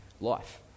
life